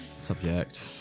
Subject